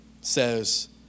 says